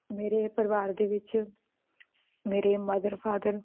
ਮੇਰੇ ਪਰਿਵਾਰ ਦੇ ਵਿੱਚ ਮੇਰੇ ਮਦਰ ਫਾਦਰ